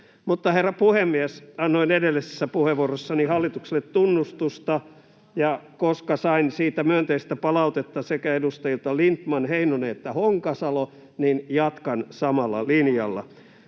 Mutta, herra puhemies, annoin edellisessä puheenvuorossani hallitukselle tunnustusta, ja koska sain siitä myönteistä palautetta sekä edustajilta Lindtman, Heinonen että Honkasalo, niin jatkan samalla linjalla.